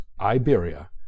Iberia